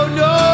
no